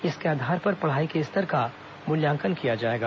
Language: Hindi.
इसके आधार पर पढ़ाई के स्तर का मूल्यांकन किया जाएगा